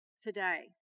today